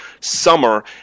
summer